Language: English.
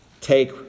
take